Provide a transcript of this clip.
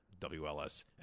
WLS